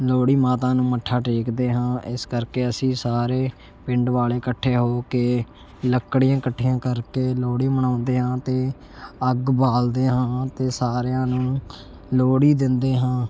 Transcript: ਲੋਹੜੀ ਮਾਤਾ ਨੂੰ ਮੱਥਾ ਟੇਕਦੇ ਹਾਂ ਇਸ ਕਰਕੇ ਅਸੀਂ ਸਾਰੇ ਪਿੰਡ ਵਾਲ਼ੇ ਇਕੱਠੇ ਹੋ ਕੇ ਲੱਕੜੀਆਂ ਇਕੱਠੀਆਂ ਕਰਕੇ ਲੋਹੜੀ ਮਨਾਉਂਦੇ ਹਾਂ ਅਤੇ ਅੱਗ ਬਾਲਦੇ ਹਾਂ ਅਤੇ ਸਾਰਿਆਂ ਨੂੰ ਲੋਹੜੀ ਦਿੰਦੇ ਹਾਂ